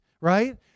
right